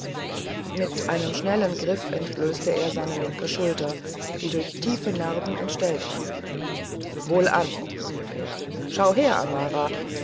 mit einem schnellen griff entblößte er seine linke schulter die durch tiefe narben entstellt war wohlan rief er schau her amara